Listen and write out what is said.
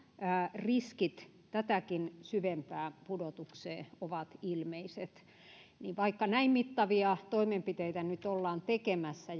riskit tätäkin syvempään pudotukseen ovat ilmeiset niin vaikka näin mittavia tarpeellisia ja välttämättömiä toimenpiteitä nyt ollaan tekemässä